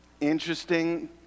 Interesting